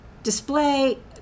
display